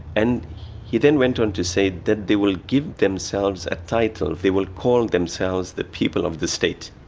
and he then went on to say that they will give themselves a title, they will call themselves the people of the state.